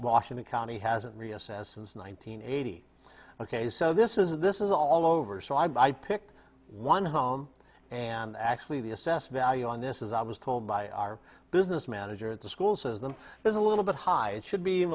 washington county hasn't reassessed since one nine hundred eighty ok so this is this is all over so i picked one home and actually the assessed value on this is i was told by our business manager at the school system is a little bit high it should be in